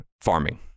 farming